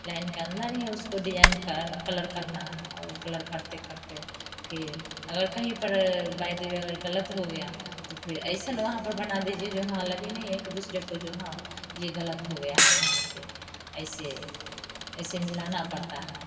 line के अंदर ही उसको डिजाइन कन्न कलर करना है और कलर करते करते फिर अगर कहीं पर बाय दा वे अगर गलत हो गया तो फिर ऐसा वहाँ पर बना दीजिए जो हाँ अलग ही नहीं है एक दूसरे को जहाँ ये गलत हो गया है यहाँ पर ऐसे ऐसे मिलाना पड़ता है